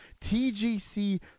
TGC